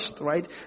right